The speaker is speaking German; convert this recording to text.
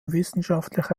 wissenschaftliche